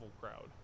crowd